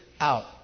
out